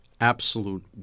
absolute